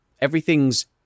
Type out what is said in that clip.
everything's